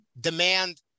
demand